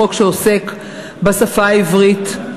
חוק שעוסק בשפה העברית,